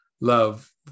love